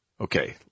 Okay